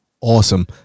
awesome